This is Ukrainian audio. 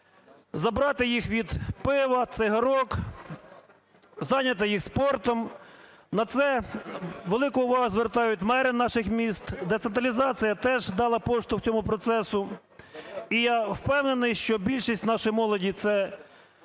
забрати їх від пива, цигарок, зайняти їх спортом. На це велику увагу звертають мери наших міст, децентралізація теж дала поштовх цьому процесу. І я впевнений, що більшість нашої молоді – це розумна,